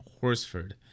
Horsford